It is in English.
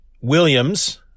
Williams